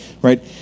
right